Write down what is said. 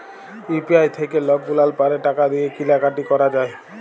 UPI থ্যাইকে লকগুলাল পারে টাকা দিঁয়ে কিলা কাটি ক্যরা যায়